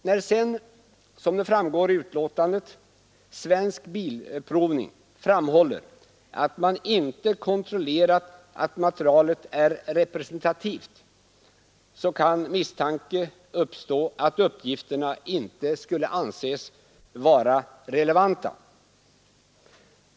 När sedan, som det framgår av betänkandet, Svensk bilprovning framhåller att man inte kontrollerat att materialet är representativt, kan misstanke uppstå att uppgifterna inte skulle anses vara relevanta.